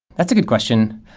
that's a good question.